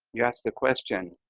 you ask the question,